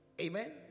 amen